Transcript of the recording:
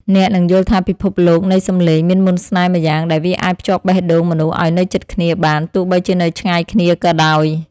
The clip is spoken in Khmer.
អ្នកនឹងយល់ថាពិភពលោកនៃសំឡេងមានមន្តស្នេហ៍ម្យ៉ាងដែលវាអាចភ្ជាប់បេះដូងមនុស្សឱ្យនៅជិតគ្នាបានទោះបីជានៅឆ្ងាយគ្នាក៏ដោយ។